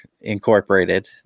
incorporated